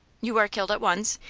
you are killed at once,